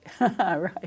Right